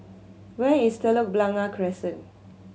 where is Telok Blangah Crescent